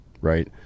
right